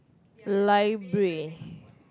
library